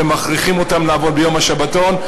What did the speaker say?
אנחנו מכריחים אותם לעבוד ביום השבתון.